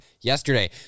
yesterday